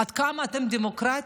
עד כמה אתם דמוקרטים,